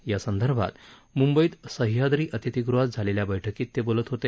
यासंदर्भात मुंबईत सह्याद्री अतिथीगृहात झालेल्या बैठकीत ते बोलत होते